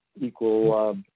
equal